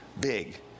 Big